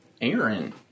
Aaron